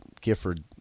Gifford –